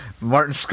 Martin